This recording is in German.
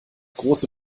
große